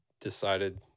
decided